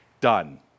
done